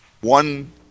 one